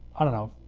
i don't know,